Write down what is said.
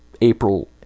april